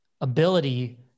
ability